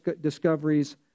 discoveries